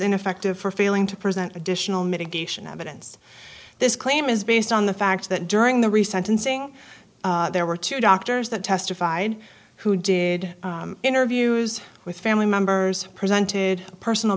ineffective for failing to present additional mitigation evidence this claim is based on the fact that during the recent unsing there were two doctors that testified who did interviews with family members presented personal